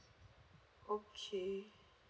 okay